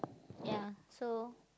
ya so